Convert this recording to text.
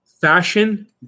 Fashion